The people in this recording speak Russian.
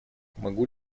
могу